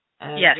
Yes